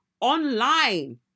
online